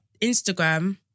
Instagram